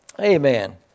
Amen